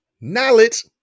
Knowledge